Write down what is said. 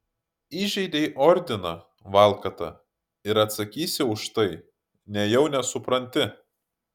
įžeidei ordiną valkata ir atsakysi už tai nejau nesupranti